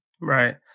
Right